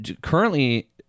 Currently